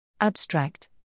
Abstract